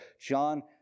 John